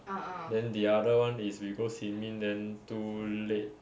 then the other [one] is we go sin ming then too late